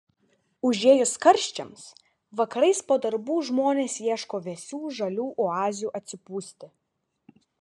užėjus karščiams vakarais po darbų žmonės ieško vėsių žalių oazių atsipūsti